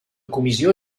comissió